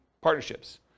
partnerships